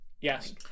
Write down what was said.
Yes